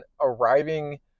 arriving